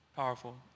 powerful